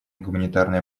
гуманитарное